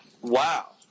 Wow